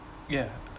yeah